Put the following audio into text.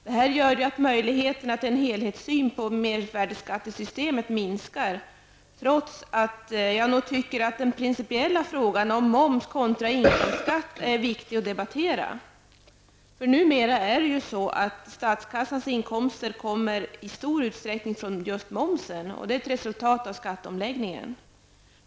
Detta gör att möjligheterna till en helhetssyn på mervärdeskattesystemet minskar. Själv tycker jag att den principiella frågan om moms kontra inkomstskatt är viktig att debattera. Numera kommer statskassans inkomster i stor utsträckning från just momsen, och det är ett resultat av skatteomläggningen.